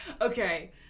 Okay